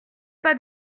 pas